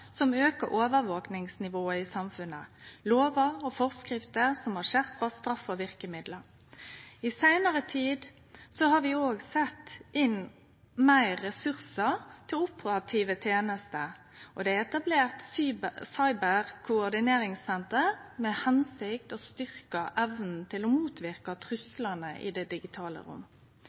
som aukar overvakingsnivået i samfunnet, og lover og forskrifter som har skjerpa straff og verkemiddel. I seinare tid har vi òg sett inn meir ressursar til operative tenester, og det er etablert cyber-koordineringssenter for å styrkje evna til å motverke truslane i det digitale rom.